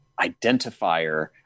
identifier